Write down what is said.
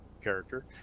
character